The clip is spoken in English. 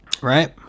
right